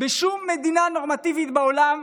בשום מדינה נורמטיבית בעולם,